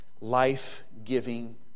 life-giving